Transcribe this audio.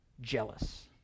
jealous